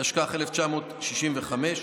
התשכ"ח 1965,